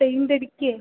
paint അടിക്കുകയോ